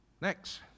Next